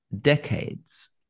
decades